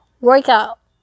workout